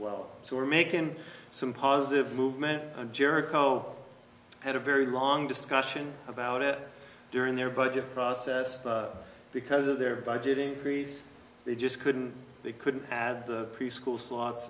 well so we're making some positive movement jericho had a very long discussion about it during their budget process because of their budget increase they just couldn't they could have preschool slots